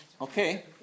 Okay